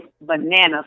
bananas